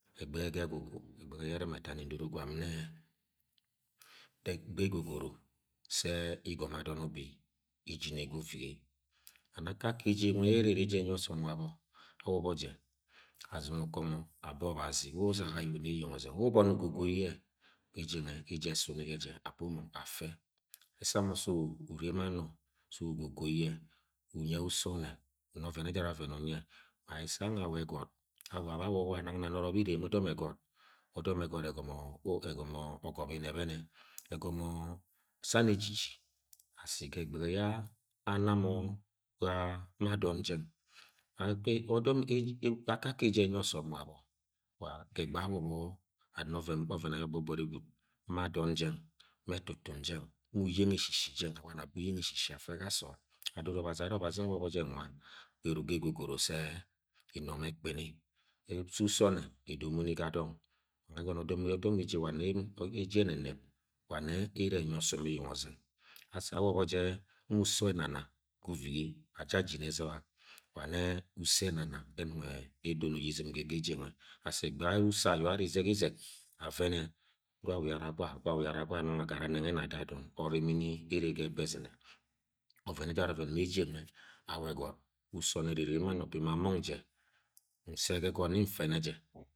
Ẹgbẹgẹ ga egwugwu, egbege ye erɨ̃m etami ndoro gwam n-ne-e dek-gbe egogoro se igomo adon ubi ijine ga uviga and akake eje nwe ye ere ere je wabo awobo je azungo ukongo abo obazi we uzaga ye uno eyeng uzeng we uboni ugogo ye ga eje nwe, eje esum ye je abo mo afe ane samo se ure ma no se ugogo ye umye uso onne uma oven ejara oven unye ana ese anwe awa egot awa ba awuwa, nang na no̱rọ be irene odom egot odom egot egomo og-ogobini ebene egomo san ejiji ga egbege ye ana mo gua-adon jang wa egba agọmọ ana oven gbor oven ayo gbogbori gwud ma adon jang ma etutun gang ma unyeng eshi shi jang aboni abo uyeng eshishi afe ga so-od adoro obazi ane, obazi nwobe je nwa gberuk ga egogoro se inomo ekpini se uso onne edomo ni ga dong wane ene enyi osom eyeng ozeng asi awobo je ma uso enana ga uvige asa ajine eziba edono ye izɨ̃m ga ege eje nwe asi egbe uso ayo ane izegizeg avene gwa inyara gawa gwa uyara gwa nonyo agara nongo eni ada adon orimini ere ga eba ezime ma oyen ejara oven ma eje nwe awa egot uso onne ere ere ma no̱ na mong je mfe ga e̱go̱t n-mi mfene je.